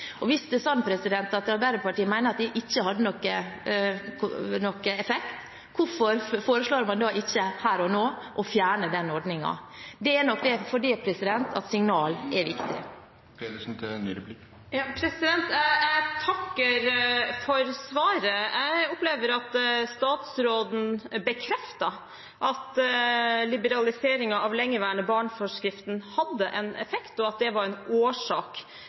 er sånn at Arbeiderpartiet mener at det ikke hadde noen effekt, hvorfor foreslår man ikke da her og nå å fjerne den ordningen? Det er nok fordi signalene er … Tiden er ute. Jeg takker for svaret. Jeg opplever at statsråden bekrefter at liberaliseringen av forskriften for lengeværende barn hadde en effekt, og at det var en årsak